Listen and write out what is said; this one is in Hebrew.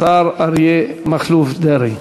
השר אריה מכלוף דרעי.